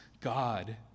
God